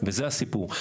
וזה הסיפור.